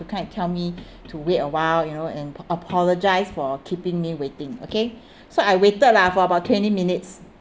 to come and tell me to wait awhile you know and apologised for keeping me waiting okay so I waited lah for about twenty minutes